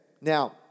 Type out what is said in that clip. Now